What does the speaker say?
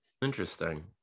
Interesting